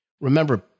Remember